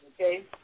Okay